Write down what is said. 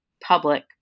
public